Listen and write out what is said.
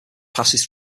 passes